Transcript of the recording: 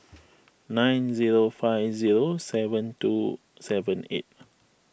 nine zero five zero seven two seven eight